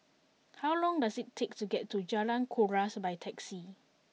how long does it take to get to Jalan Kuras by taxi